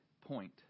point